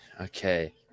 Okay